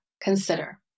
consider